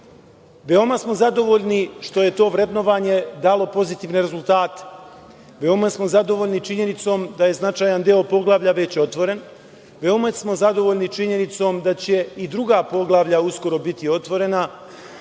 Veoma smo zadovoljni što je to vrednovanje dalo pozitivne rezultate. Veoma smo zadovoljni činjenicom da je značajan deo poglavlja već otvoren. Veoma smo zadovoljni i činjenicom da će i druga poglavlja uskoro biti otvorena,